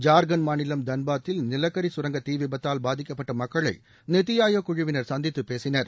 ஜார்க்கண்ட் மாநிலம் தன்பாத்தில் நிலக்கரி கரங்க தீ விபத்தால் பாதிக்கப்பட்ட மக்களை நித்தி ஆயோக் குழுவினர் சந்தித்து பேசினர்